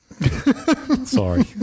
Sorry